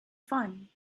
fun